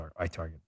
iTarget